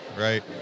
right